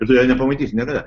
ir tu jo nepamatysi niekada